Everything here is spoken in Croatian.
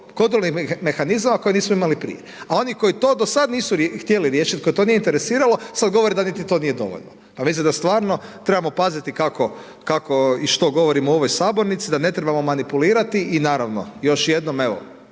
kontrolnih mehanizama koje nismo imali prije. A oni koji to do sada nisu htjeli riješiti, koje to nije interesiralo sada govore da niti to nije dovoljno, a mislim da stvarno trebamo paziti kako i što govorimo u ovoj sabornici, da ne trebamo manipulirati. I naravno još jednom evo